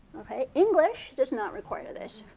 english does not require this.